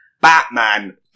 batman